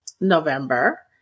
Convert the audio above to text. November